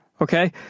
Okay